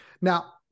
Now